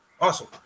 Awesome